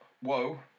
whoa